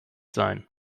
sein